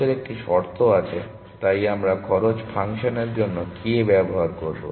খরচের একটি শর্ত আছে তাই আমরা খরচ ফাংশনের জন্য k ব্যবহার করব